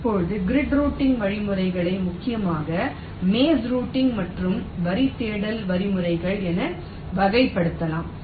இப்போது grid routing வழிமுறைகளை முக்கியமாக மேஸ் ரூட்டிங் மற்றும் வரி தேடல் வழிமுறைகள் என வகைப்படுத்தலாம்